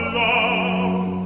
love